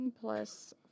plus